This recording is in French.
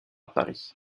paris